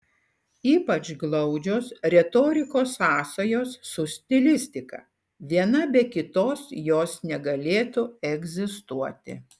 ypač glaudžios retorikos sąsajos su stilistika viena be kitos jos negalėtų egzistuoti